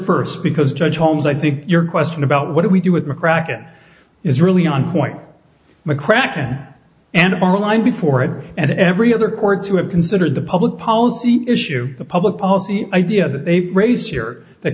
first because judge holmes i think your question about what do we do with mccracken is really on point mccracken and our line before it and every other courts who have considered the public policy issue the public policy idea that they raised here th